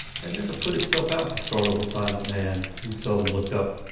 had never put itself out to startle the silent man, who seldom looked up,